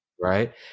right